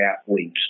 athletes